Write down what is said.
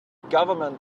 government